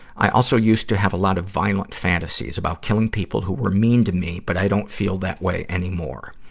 i also used to have a lot of violent fantasies about killing people who were mean to me, but i don't feel that way anymore.